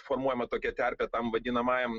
formuojama tokia terpė tam vadinamajam